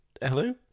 Hello